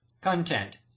Content